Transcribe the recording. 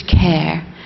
care